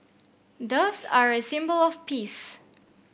doves are a symbol of peace